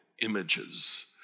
images